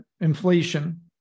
inflation